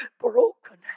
Broken